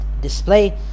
display